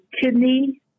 kidney